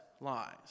lies